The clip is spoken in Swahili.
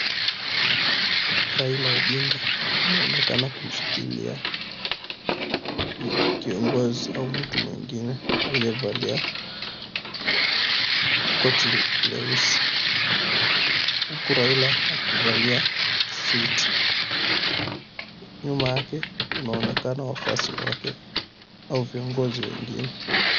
Raila Odinga anaonekana kumshikilia kiongozi au mtu mwingine aliyevalia koti leusi, huku Raila akivalia suti. Nyuma yake kunaonekana wafuasi wake au viongozi wengine.